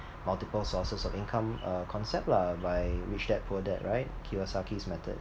multiple sources of income uh concept lah by rich dad poor dad right kiyosaki's method